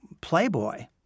playboy